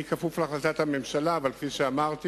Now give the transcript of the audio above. אני כפוף להחלטת הממשלה, אבל כפי שאמרתי